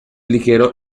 ligero